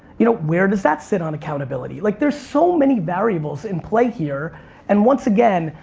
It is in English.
you know, where does that sit on accountability? like there's so many variables in play here and, once again,